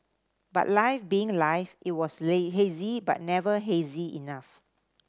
but life being life it was hazy but never hazy enough